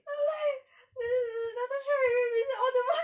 I'm like natasha we will visit all the mosques